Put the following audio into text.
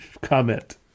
comment